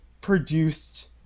produced